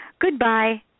Goodbye